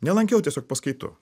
nelankiau tiesiog paskaitų